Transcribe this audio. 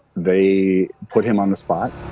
they put him on the spot,